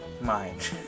Mind